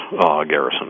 garrison